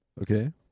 Okay